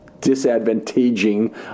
disadvantaging